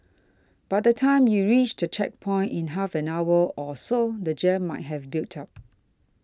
by the time you reach the checkpoint in half an hour or so the jam might have built up